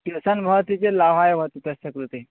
tuition भवति चेत् लाभाय भवति तस्य कृते